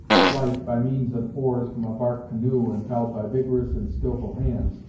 flight, by means of oars, from a bark canoe impelled by vigorous and skilful hands,